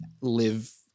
live